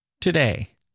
today